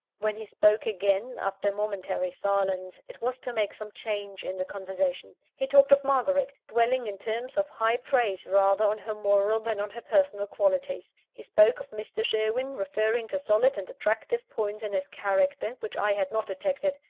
when he spoke again, after a momentary silence, it was to make some change in the conversation. he talked of margaret dwelling in terms of high praise rather on her moral than on her personal qualities. he spoke of mr. sherwin, referring to solid and attractive points in his character which i had not detected.